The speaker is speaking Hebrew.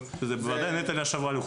אבל זה --- שזה בוודאי נטל על האוכלוסייה